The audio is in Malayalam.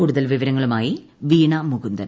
കൂടുതൽ വിവരങ്ങളുമായി വീണ മുകുന്ദൻ